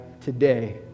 today